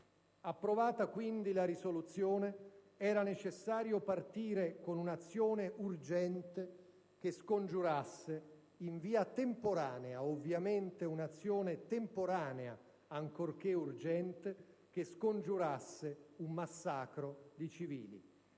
Approvata quindi la risoluzione, era necessario partire con un'azione urgente che scongiurasse in via temporanea - ovviamente un'azione temporanea, ancorché urgente - un massacro di civili.